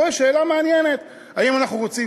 פה יש שאלה מעניינת: האם אנחנו כן רוצים